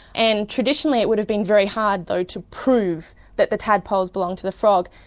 and traditionally it would have been very hard though to prove that the tadpoles belonged to the frog,